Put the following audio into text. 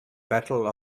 battle